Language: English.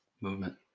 movement